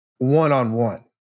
One-on-one